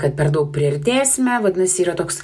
kad per daug priartėsime vadinasi yra toks